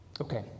okay